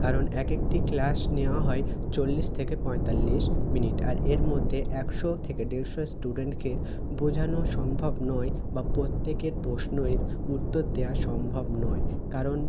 কারণ এক একটি ক্লাস নেওয়া হয় চল্লিশ থেকে পঁয়তাল্লিশ মিনিট আর এর মধ্যে একশো থেকে দেড়শো স্টুডেন্টকে বোঝানো সম্ভব নয় বা প্রত্যেকের প্রশ্নের উত্তর দেওয়া সম্ভব নয় কারণ